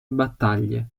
battaglie